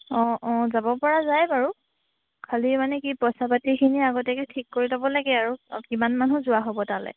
অঁ অঁ যাব পৰা যায় বাৰু খালি মানে কি পইচা পাতিখিনি আগতীয়াকে ঠিক কৰি ল'ব লাগে আৰু আৰু কিমান মানুহ যোৱা হ'ব তালৈ